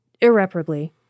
irreparably